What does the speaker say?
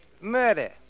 Murder